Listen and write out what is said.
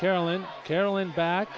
carolyn carolyn back